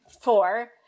Four